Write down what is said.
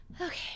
Okay